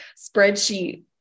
spreadsheet